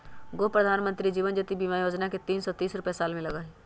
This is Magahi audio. गो प्रधानमंत्री जीवन ज्योति बीमा योजना है तीन सौ तीस रुपए साल में लगहई?